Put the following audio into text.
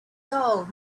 soul